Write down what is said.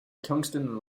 tungsten